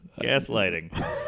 Gaslighting